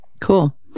Cool